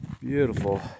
Beautiful